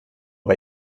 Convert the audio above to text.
bei